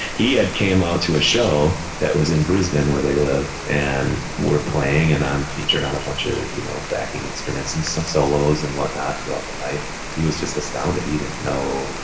he had came out to a show that was in brisbane where they live and we're playing and i'm featured on a bunch of, you know, backing instruments and some solos and whatnot throughout the night. and he was just astounded. he didn't know,